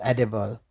Edible